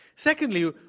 secondly,